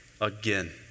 again